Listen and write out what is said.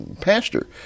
pastor